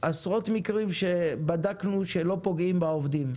עשרות מקרים שבדקנו שלא פוגעים בעובדים.